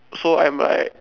so I'm like